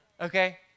okay